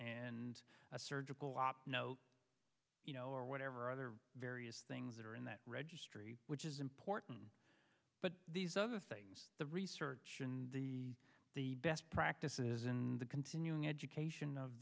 and a surgical op you know or whatever other various things that are in that registry which is important but these other things the research and the the best practices in the continuing education of